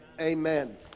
amen